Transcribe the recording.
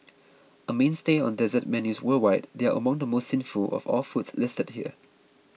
a mainstay on dessert menus worldwide they are among the most sinful of all the foods listed here